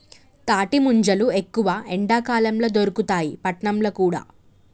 తాటి ముంజలు ఎక్కువ ఎండాకాలం ల దొరుకుతాయి పట్నంల కూడా